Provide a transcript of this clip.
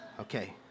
Okay